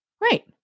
Right